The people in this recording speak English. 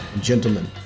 Gentlemen